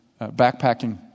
backpacking